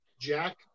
Jack